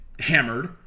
hammered